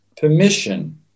permission